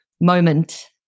moment